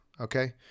okay